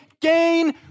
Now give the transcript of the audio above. gain